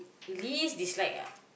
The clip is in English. least dislike ah